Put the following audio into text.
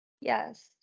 Yes